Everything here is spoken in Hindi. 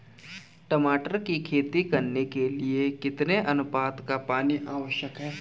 टमाटर की खेती करने के लिए कितने अनुपात का पानी आवश्यक है?